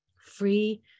free